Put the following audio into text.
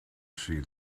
see